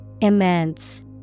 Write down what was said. Immense